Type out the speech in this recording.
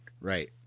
Right